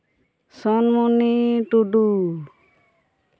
ᱥᱚᱱᱢᱩᱱᱤ ᱴᱩᱰᱩ